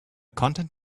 content